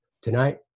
Tonight